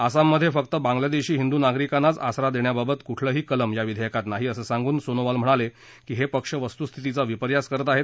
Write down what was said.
आसाममध्ये फक्त बांगलादेशी हिदू नागरिकांनाच आसरा देण्याबाबत कुठलही कलम या विधेयकात नाही असं सांगून सोनोवाल म्हणाले की हे पक्ष वस्तूस्थितीचा विपर्यास करत आहेत